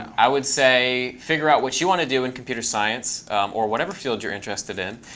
i would say figure out what you want to do in computer science or whatever field you're interested in.